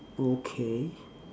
okay